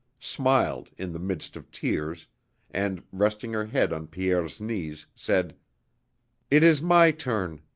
smiled in the midst of tears and, resting her head on pierre's knees, said it is my turn!